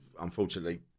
unfortunately